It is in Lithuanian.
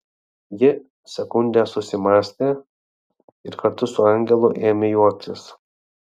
ji sekundę susimąstė ir kartu su angelu ėmė juoktis